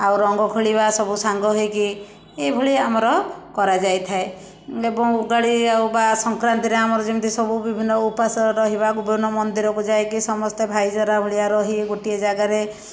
ଆଉ ରଙ୍ଗ ଖୋଳିବା ସବୁ ସାଙ୍ଗ ହେଇକି ଏଇଭଳି ଆମର କରାଯାଇଥାଏ ଏବଂ ଉଗାଡ଼ି ଆଉ ବା ସଂକ୍ରାନ୍ତିରେ ଆମର ଯେମିତି ସବୁ ବିଭିନ୍ନ ଉପାସ ରହିବା ଗୁ ଭିନ୍ନ ମନ୍ଦିରକୁ ଯାଇକି ସମସ୍ତେ ଭାଇଚାରା ଭଳିଆ ରହି ଗୋଟିଏ ଜାଗାରେ